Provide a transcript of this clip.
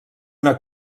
una